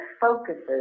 focuses